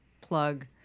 plug